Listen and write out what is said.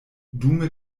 dume